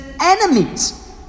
enemies